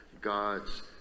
God's